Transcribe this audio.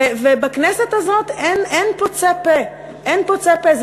ובכנסת הזאת אין פוצה פה, אין פוצה פה.